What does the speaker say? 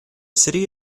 city